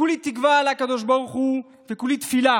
כולי תקווה לקדוש ברוך הוא וכולי תפילה